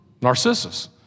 Narcissus